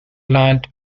lands